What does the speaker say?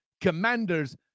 Commanders